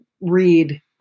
read